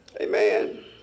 Amen